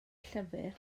llyfr